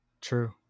true